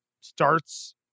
starts